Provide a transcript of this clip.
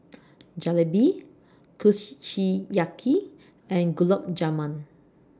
Jalebi Kushiyaki and Gulab Jamun